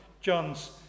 John's